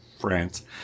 France